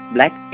Black